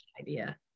idea